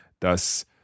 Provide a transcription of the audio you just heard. dass